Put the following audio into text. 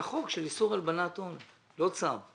איסור הלבנת הון, לא צו.